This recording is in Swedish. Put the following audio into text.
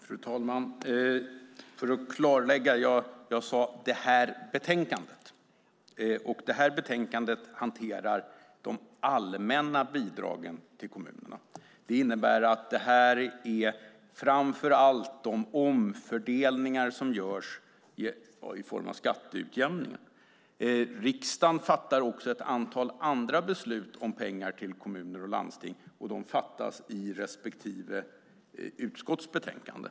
Fru talman! Låt mig klarlägga. Jag sade: det här betänkandet. Det här betänkandet hanterar de allmänna bidragen till kommunerna. Det innebär framför allt de omfördelningar som görs i form av skatteutjämningar. Riksdagen fattar också ett antal andra beslut om pengar till kommuner och landsting. De fattas i respektive utskotts betänkande.